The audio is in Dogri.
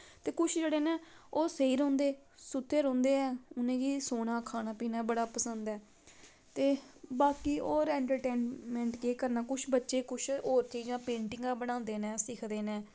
ते खुश जेह्ड़े न ओह् सेई रौंह्दे सुत्ते रौंह्दे ऐं उ'नेंगी सौना खाना पीना बड़ा पसंद ऐ ते बाकी होर एन्टरटेनमैंट केह् करना कुछ बच्चे कुछ होर चीजां पेंटिगां बनांदे नै सिखदे न